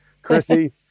Chrissy